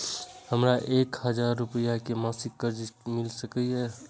हमरा एक हजार रुपया के मासिक कर्ज मिल सकिय?